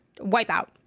wipeout